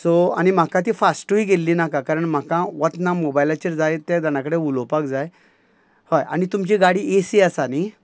so आनी म्हाका ती फास्टूय गेल्ली नाका कारण म्हाका वतना मोबायलाचेर जाय त्या जाणा कडेन उलोवपाक जाय हय आनी तुमची गाडी ए सी आसा न्ही